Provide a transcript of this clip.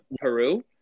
Peru